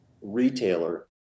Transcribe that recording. retailer